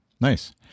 Nice